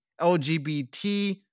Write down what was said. LGBT